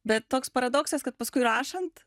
bet toks paradoksas kad paskui rašant